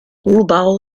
global